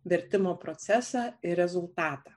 vertimo procesą ir rezultatą